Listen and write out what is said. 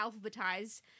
alphabetized